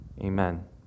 Amen